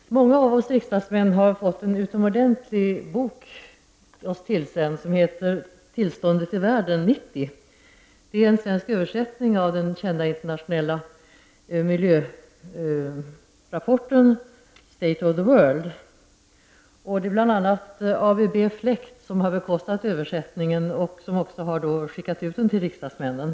Fru talman! Många av oss riksdagsledamöter har fått oss tillsänt en utomordentlig bok som heter Tillståndet i världen 90. Det är en svensk översättning av den internationellt kända miljörapporten State of the world. Det är bl.a. AB Fläkt som har bekostat översättningen och som också har skickat ut boken till riksdagsledamöterna.